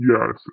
Yes